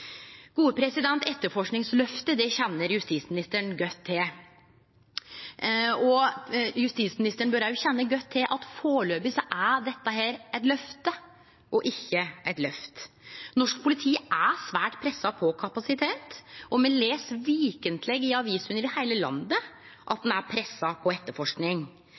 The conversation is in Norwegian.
kjenner justisministeren godt til. Justisministeren bør også kjenne godt til at foreløpig er dette eit løfte og ikkje eit løft. Norsk politi er svært pressa på kapasitet, og me les kvar veke i aviser over heile landet at ein er pressa på etterforsking.